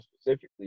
specifically